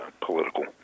political